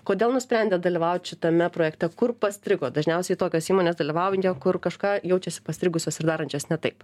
kodėl nusprendėt dalyvaut šitame projekte kur pastrigot dažniausiai tokios įmonės dalyvauja kur kažką jaučiasi pastrigusios ir darančios ne taip